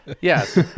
Yes